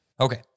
Okay